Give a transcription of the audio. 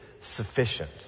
sufficient